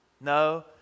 No